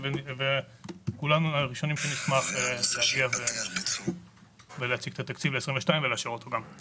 ואנחנו הראשונים שנשמח להגיע ולהציג את התקציב ל-2022 ולאשר אותו גם.